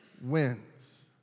wins